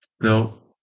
no